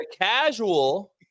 casual